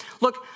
Look